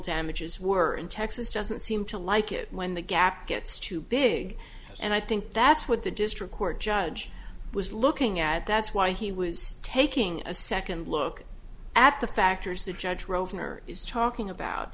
damages were in texas doesn't seem to like it when the gap gets too big and i think that's what the district court judge was looking at that's why he was taking a second look at the factors the judge rolls in or is talking about